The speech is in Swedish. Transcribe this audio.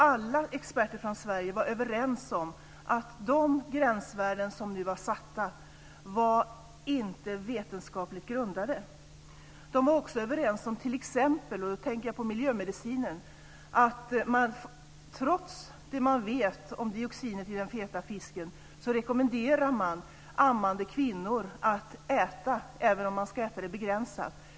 Alla experterna från Sverige var överens om att de gränsvärden som nu var satta inte var vetenskapligt grundade. De var också överens om t.ex. - och då tänker jag på miljömedicinen - att man trots det man vet om dioxinet i den feta fisken rekommenderar ammande kvinnor att äta den, även om de ska äta den i begränsad omfattning.